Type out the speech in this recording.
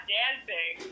dancing